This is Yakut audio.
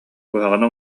куһаҕаны